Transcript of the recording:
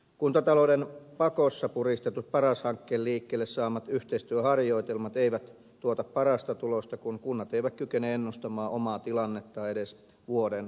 kuntatalouden pakossa puristetut paras hankkeen liikkeelle saamat yhteistyöharjoitelmat eivät tuota parasta tulosta kun kunnat eivät kykene ennustamaan omaa tilannettaan edes vuoden tai kahden päähän